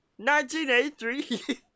1983